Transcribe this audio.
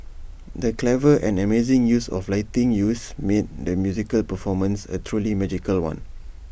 the clever and amazing use of lighting use made the musical performance A truly magical one